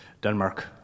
Denmark